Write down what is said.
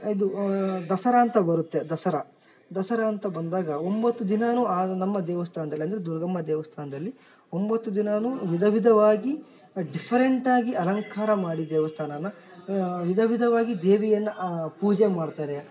ಇದು ದಸರಾ ಅಂತ ಬರುತ್ತೆ ದಸರಾ ದಸರಾ ಅಂತ ಬಂದಾಗ ಒಂಬತ್ತು ದಿನಾ ಆ ನಮ್ಮ ದೇವಸ್ಥಾನ್ದಲ್ಲಿ ಅಂದರೆ ದುರ್ಗಮ್ಮ ದೇವಸ್ಥಾನ್ದಲ್ಲಿ ಒಂಬತ್ತು ದಿನಾ ವಿಧ ವಿಧವಾಗಿ ಡಿಫರೆಂಟಾಗಿ ಅಲಂಕಾರ ಮಾಡಿ ದೇವಸ್ಥಾನ ವಿಧ ವಿಧವಾಗಿ ದೇವಿಯನ್ನು ಪೂಜೆ ಮಾಡ್ತಾರೆ